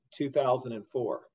2004